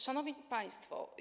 Szanowni Państwo!